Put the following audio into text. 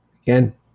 Again